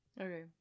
Okay